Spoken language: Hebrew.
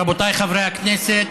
רבותיי חברי הכנסת,